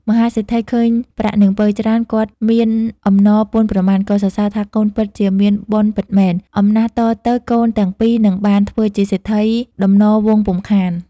មហាសេដ្ឋីឃើញប្រាក់នាងពៅច្រើន គាត់មានអំណរពន់ប្រមាណក៏សរសើរថាកូនពិតជាមានបុណ្យពិតមែន អំណះតទៅកូនទាំងពីរនឹងបានធ្វើជាសេដ្ឋីដំណវង្សពុំខាន។